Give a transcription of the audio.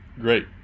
Great